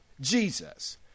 Jesus